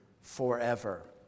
forever